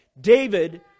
David